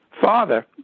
father